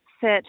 sit